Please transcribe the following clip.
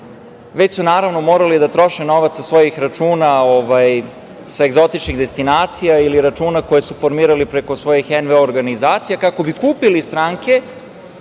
već su morali da troše novac sa svojih računa sa egzotičnih destinacija ili računa koje su formirali preko svojih NVO organizacija kako bi skupili stranke